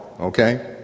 okay